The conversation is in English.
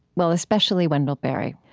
well, especially wendell berry.